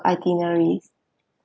itineraries